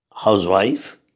housewife